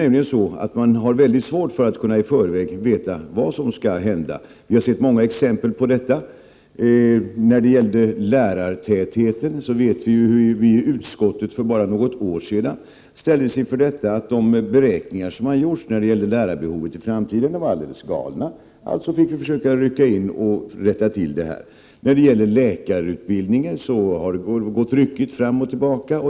Man har ju svårt att i förväg kunna veta vad som skall hända. Vi har sett många exempel på detta. När det gäller lärartätheten ställdes utskottet bara för något år sedan inför att de beräkningar som hade gjorts för lärarbehovet i framtiden var alldeles galna. Alltså fick utskottet rycka in och försöka rätta till det. När det gäller läkarutbildningen har det gått ryckigt fram och tillbaka.